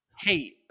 hey